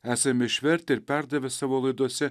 esam išvertę ir perdavę savo laidose